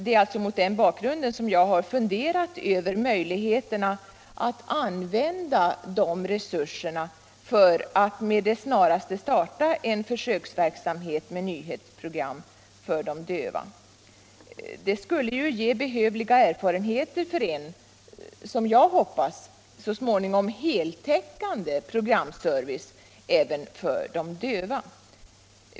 Det är mot den bakgrunden som jag har funderat över möjligheterna att använda dessa resurser för att med det snaraste starta en försöksverksamhet med nyhetsprogram för de döva. Det skulle ge behövliga erfarenheter för en, som jag hoppas, så småningom heltäckande programservice även för de döva.